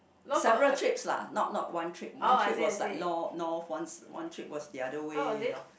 several trips lah not not one trip one trip was like lo~ north one one trip was the other way you know